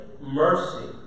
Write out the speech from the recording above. Mercy